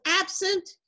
absent